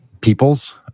peoples